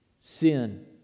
sin